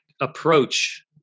approach